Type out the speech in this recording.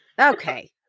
Okay